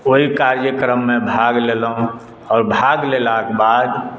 ओहि कार्यक्रममे भाग लेलहुँ आओर भाग लेलाक बाद